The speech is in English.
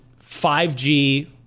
5G